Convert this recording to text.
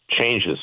changes